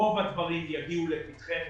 רוב הדברים יגיעו לפתחנו